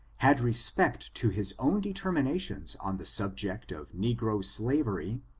had respect to his own determinations on the subject of negro slavery,